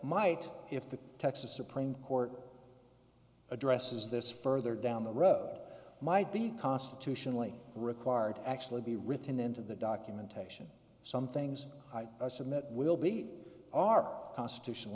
might if the texas supreme court addresses this further down the road might be constitutionally required actually be written into the documentation some things i submit will be our constitution